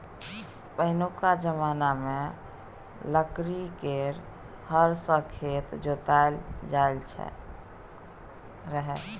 पहिनुका जमाना मे लकड़ी केर हर सँ खेत जोताएल जाइत रहय